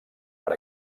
per